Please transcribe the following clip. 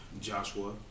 Joshua